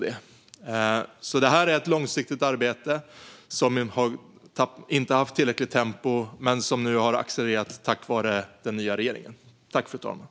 Det här är ett långsiktigt arbete. Man har inte haft tillräckligt tempo, men nu har det tack vare den nya regeringen accelererat.